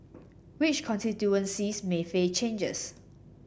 which constituencies may face changes